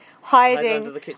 hiding